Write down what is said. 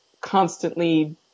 constantly